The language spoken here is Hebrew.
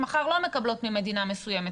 מחר לא מקבלות ממדינה מסוימת.